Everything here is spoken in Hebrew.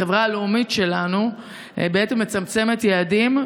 החברה הלאומית שלנו מצמצמת יעדים,